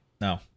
No